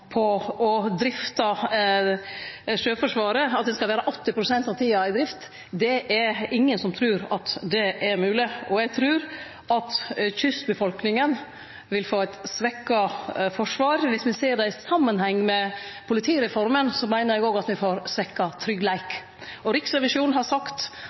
på å drifte Sjøforsvaret, slik at det skal vere 80 pst. av tida i drift. Det er ingen som trur at det er mogleg, og eg trur at kystbefolkninga vil få eit svekt forsvar. Dersom me ser det i samanheng med politireforma, meiner eg at me òg får svekt tryggleik. Riksrevisjonen har sagt